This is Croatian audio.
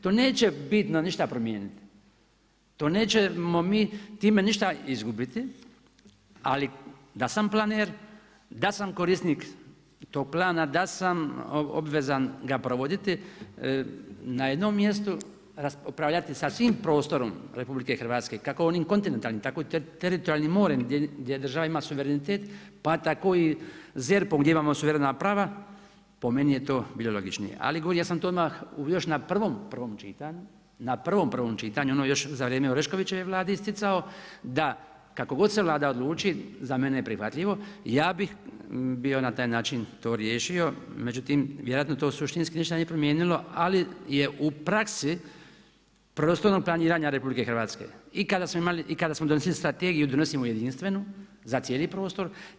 To neće bitno ništa promijeniti, to nećemo mi time ništa izgubiti, ali da sam planer, da sam korisnik tog plana, da sam obvezan ga provoditi na jednom mjestu, upravljati sa svim prostorom RH, kako onim kontinentalnim tako i teritorijalnim morem, gdje država ima suverenitet, pa tako i ZERP gdje imamo suvremena prava, po meni je to bilo logično, ali ja sam to odmah još na prvom čitanju, na prvom prvom čitanju, ono još za vrijem Oreškovićeve Vlade isticao, da kako god se Vlada odluči, za mene je prihvatljivo, ja bih bio na taj način to riješio, međutim, vjerojatno to suštinski ništa nije promijenilo, ali je u praksi prostornog planiranja RH, i kada smo imali, i kada smo donosili strategiju, donosimo jedinstvenu, za cijeli prostor.